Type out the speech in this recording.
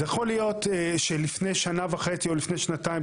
אז יכול להיות שלפני שנה וחצי או לפני שנתיים,